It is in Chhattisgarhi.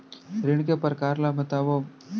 ऋण के परकार ल बतावव?